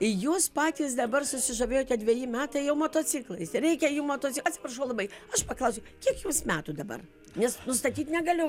jūs patys dabar susižavėjote dveji metai jau motociklais reikia jų motoci atsiprašau labai aš paklausiu kiek jūs metų dabar nes nustatyt negaliu